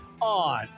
on